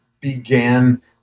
began